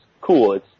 cool